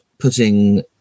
Putting